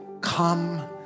come